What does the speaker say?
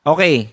Okay